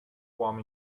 swam